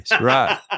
Right